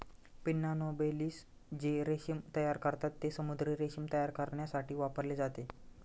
pinna nobilis जे रेशीम तयार करतात, ते समुद्री रेशीम तयार करण्यासाठी वापरले जाते